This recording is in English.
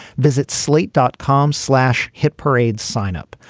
visit slate dot com slash hit parade. sign up.